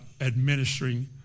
administering